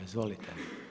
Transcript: Izvolite.